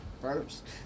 first